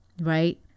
right